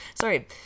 Sorry